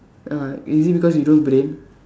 uh is it because you don't have brain